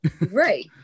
Right